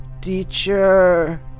teacher